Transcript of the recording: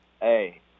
Hey